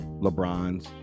LeBron's